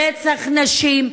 רצח נשים,